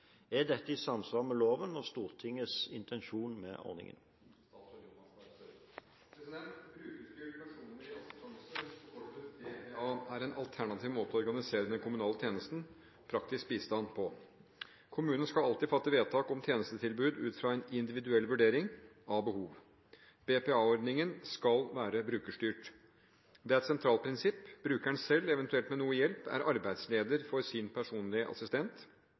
Er dette i samsvar med loven og Stortingets intensjon med ordningen?» Brukerstyrt personlig assistanse, forkortet BPA, er en alternativ måte å organisere den kommunale tjenesten praktisk bistand på. Kommunen skal alltid fatte vedtak om tjenestetilbud ut fra en individuell vurdering av behov. BPA-ordningen skal være brukerstyrt, det er et sentralt prinsipp. Brukeren selv, eventuelt med noe hjelp, er arbeidsleder for sin personlige assistent.